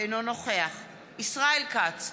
אינו נוכח ישראל כץ,